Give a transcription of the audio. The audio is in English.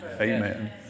Amen